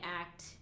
act